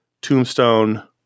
Tombstone